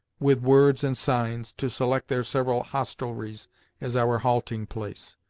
with words and signs, to select their several hostelries as our halting-place.